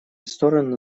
стороны